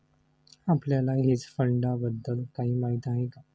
आपल्याला हेज फंडांबद्दल काही माहित आहे का?